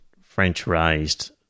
French-raised